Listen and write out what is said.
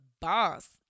boss